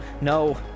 no